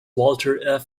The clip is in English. walter